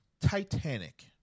Titanic